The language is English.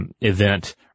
event